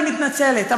אני מתנצלת,